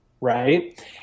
right